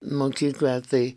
mokykla tai